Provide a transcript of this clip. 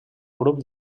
grup